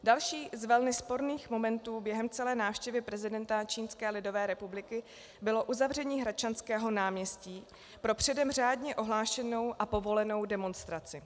Další z velmi sporných momentů během celé návštěvy prezidenta Čínské lidové republiky bylo uzavření Hradčanského náměstí pro předem řádně ohlášenou a povolenou demonstraci.